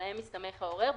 (8)העובדות שעליהן מסתמך העורר,